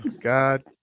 God